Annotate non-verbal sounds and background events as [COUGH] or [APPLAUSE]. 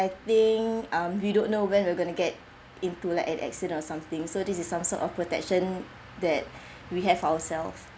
I think um we don't know when we're gonna get into like an accident or something so this is some sort of protection that [BREATH] we have ourselves